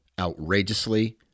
outrageously